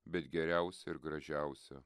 bet geriausia ir gražiausia